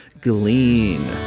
glean